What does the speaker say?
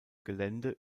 gelände